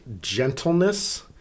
gentleness